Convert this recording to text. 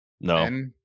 No